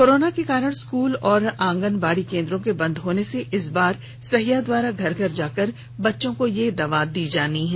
corona के कारण school और आंगनबाड़ी केंद्रों के बंद होने से इस बार सहिया द्वारा घर घर जाकर बच्चों को यह दवा दी जाएगी